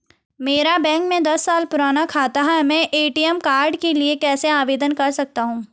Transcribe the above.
मेरा बैंक में दस साल पुराना खाता है मैं ए.टी.एम कार्ड के लिए कैसे आवेदन कर सकता हूँ?